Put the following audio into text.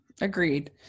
agreed